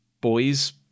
boys